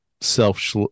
self